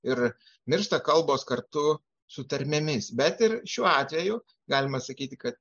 ir miršta kalbos kartu su tarmėmis bet ir šiuo atveju galima sakyti kad